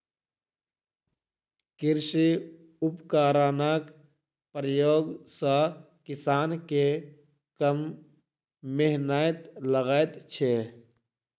कृषि उपकरणक प्रयोग सॅ किसान के कम मेहनैत लगैत छै